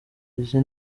izi